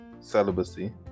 celibacy